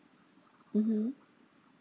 mmhmm